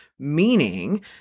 Meaning